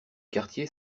quartier